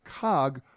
Cog